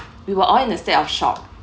we were all in a state of shock